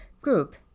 group